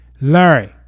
Larry